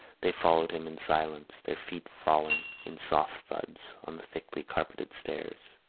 they followed him in silence, their feet falling in soft thuds on the thickly carpeted stairs.